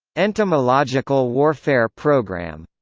entomological warfare program